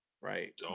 right